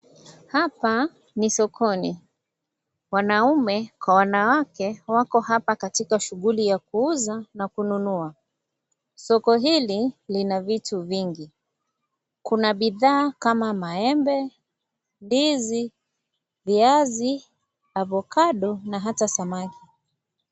Hapa ni sokoni, wanaume kwa wanawake wako hapa kwa shuguli ya kuuza na kununua, soko hili lina vitu vingi, kuna bidhaa kama maembe, ndizi, viazi, avocado na hata samaki.